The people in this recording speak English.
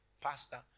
pastor